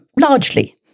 largely